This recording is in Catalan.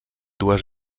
dues